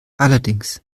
allerdings